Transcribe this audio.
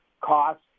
cost